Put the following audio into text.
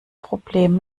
problem